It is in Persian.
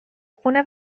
خونه